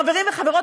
חברים וחברות,